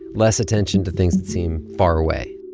less attention to things that seem far away.